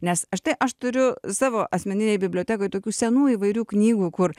nes štai aš turiu savo asmeninėj bibliotekoj tokių senų įvairių knygų kur